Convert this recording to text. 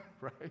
right